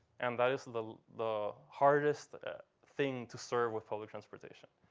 and that is the the hardest thing to serve with public transportation.